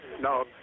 No